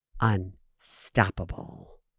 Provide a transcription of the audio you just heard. unstoppable